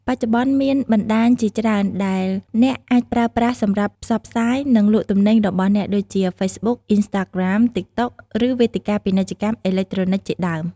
បច្ចុប្បន្ន មានបណ្តាញជាច្រើនដែលអ្នកអាចប្រើប្រាស់សម្រាប់ផ្សព្វផ្សាយ និងលក់ទំនិញរបស់អ្នកដូចជា ហ្វេសប៊ុក, អ៊ីនស្តាក្រាម, ទីកតុក ឬវេទិកាពាណិជ្ជកម្មអេឡិចត្រូនិចជាដើម។